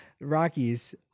Rockies